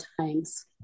times